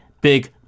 big